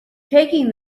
taking